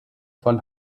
von